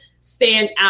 standout